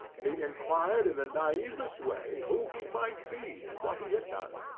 he inquired in the naivest way who he might be and what he had done.